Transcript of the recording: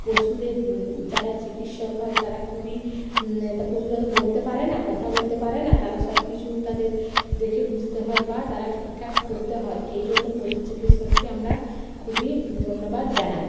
পশুদের যারা চিকিৎসক হয় তারা খুবই তা পশুরা তো বলতে পারে না কথা বলতে পারে না তারা সব কিছু তাদের দেখে বুঝতে হয় বা তারা ঠিক ঠাক করতে হয় এই জন্য পশু চিকিৎসককে আমরা খুবই ধন্যবাদ জানাই